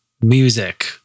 music